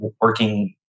working